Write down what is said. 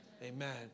Amen